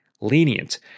lenient